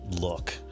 look